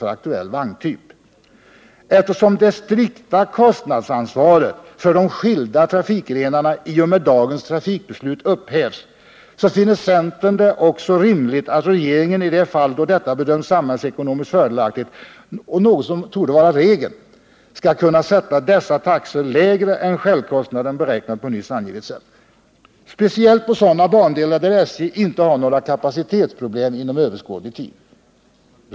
för aktuell vagntyp. Eftersom det strikta kostnadsansvaret för de skilda trafikgrenarna i och med dagens trafikbeslut upphävs, finner centern det också rimligt att regeringen i de fall då detta bedöms samhällsekonomiskt fördelaktigt — något som torde vara regel — skall kunna sätta dessa taxor lägre än självkostnaden beräknad på nyss angivet sätt, speciellt på sådana bandelar där SJ inte har några kapacitetsproblem inom överskådlig tid.